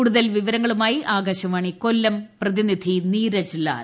കൂടുതൽ വിവരങ്ങളുമായി ആകാശവാണി കൊല്ലം പ്രതിനിധി നീരജ് ലാൽ